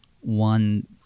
one